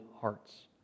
hearts